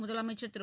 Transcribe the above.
முதலமைச்சர் திரு